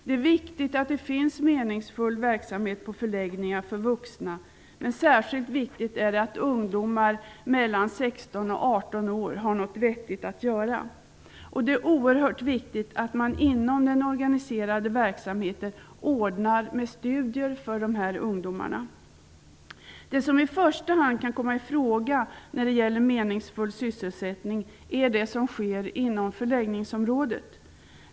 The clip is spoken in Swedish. Det är viktigt att det finns meningsfull verksamhet på förläggningar för vuxna, men särskilt viktigt är det att ungdomar mellan 16 och 18 år har något vettigt att göra, och det är oerhört viktigt att man inom den organiserade verksamheten ordnar med studier för ungdomarna. Det som i första hand kan komma i fråga när det gäller meningsfull sysselsättning är det som sker inom förläggningsområdet.